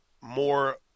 more